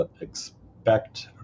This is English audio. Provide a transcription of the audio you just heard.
expect